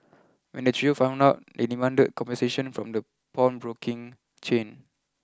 when the trio found out they demanded a compensation from the pawnbroking chain